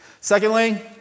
Secondly